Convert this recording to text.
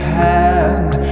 hand